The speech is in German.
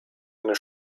eine